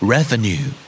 Revenue